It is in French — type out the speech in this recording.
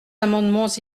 amendements